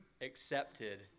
accepted